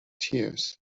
tears